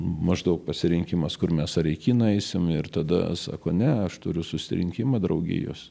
maždaug pasirinkimas kur mes ar į kiną eisim ir tada sako ne aš turiu susirinkimą draugijos